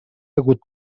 hagut